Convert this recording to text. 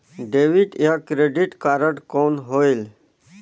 Debit या credit card कौन होएल?